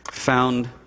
Found